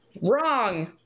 Wrong